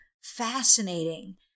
fascinating